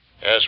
Yes